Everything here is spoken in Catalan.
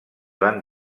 van